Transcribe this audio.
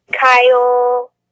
Kyle